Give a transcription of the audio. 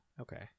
Okay